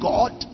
God